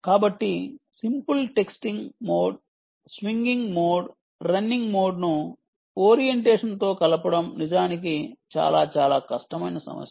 కాబట్టి simple texting mode swinging mode running మోడ్ను ఓరియంటేషన్తో కలపడం నిజానికి చాలా చాలా కష్టమైన సమస్య